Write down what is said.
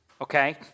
okay